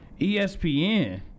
ESPN